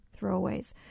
throwaways